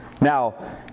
Now